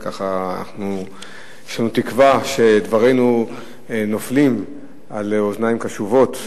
וככה יש לנו תקווה שדברינו נופלים על אוזניים קשובות,